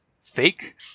fake